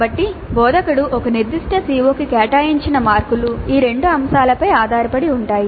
కాబట్టి బోధకుడు ఒక నిర్దిష్ట CO కి కేటాయించిన మార్కులు ఈ రెండు అంశాలపై ఆధారపడి ఉంటాయి